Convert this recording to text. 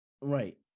right